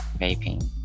vaping